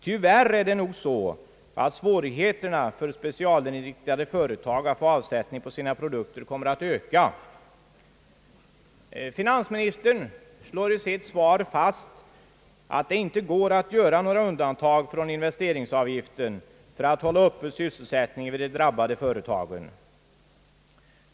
Tyvärr förhåller det sig nog så att svårigheterna för specialinriktade företag att få avsättning för sina produkter kommer att öka. Finansministern slår i sitt svar fast att det inte går att göra några undantag från investeringsavgiften för att hålla uppe sysselsättningen vid de drabbade företagen.